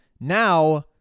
now